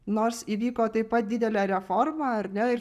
nors įvyko taip pat didelė reforma ar ne ir